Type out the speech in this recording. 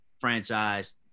franchise